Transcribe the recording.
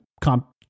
comp